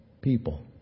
people